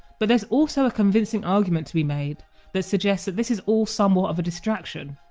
but there's also a convincing argument to be made that suggests that this is all somewhat of a distraction,